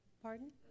Pardon